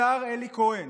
השר אלי כהן,